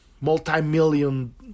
multi-million